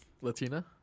Latina